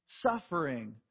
suffering